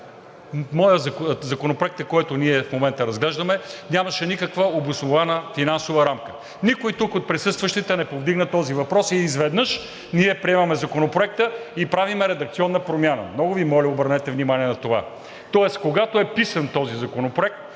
– законопроектът, който ние в момента разглеждаме, нямаше никаква обоснована финансова рамка. Никой тук от присъстващите не повдигна този въпрос и изведнъж ние приемаме Законопроекта и правим редакционна промяна – много Ви моля, обърнете внимание на това! Когато е писан този законопроект,